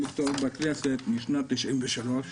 אני מסתובב בכנסת משנת 1993,